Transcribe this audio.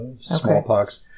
smallpox